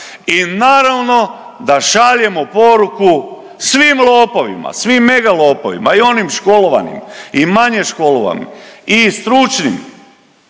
i naravno da šaljemo poruku svim lopovima, svim mega lopovima i onim školovanim i manje školovanim i stručnim